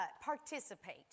participate